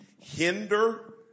hinder